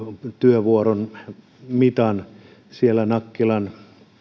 työvuoron mitan nakkilan